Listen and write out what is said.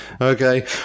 Okay